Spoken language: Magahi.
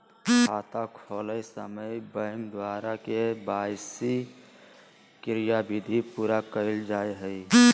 खाता खोलय समय बैंक द्वारा के.वाई.सी क्रियाविधि पूरा कइल जा हइ